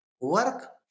work